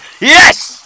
yes